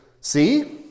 see